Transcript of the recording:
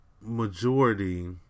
majority